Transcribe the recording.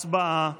הצבעה.